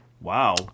wow